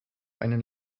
einen